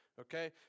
okay